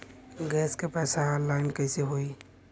Gas क पैसा online कइसे होई?